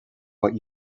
what